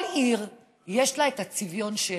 כל עיר יש לה את הצביון שלה.